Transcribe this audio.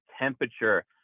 temperature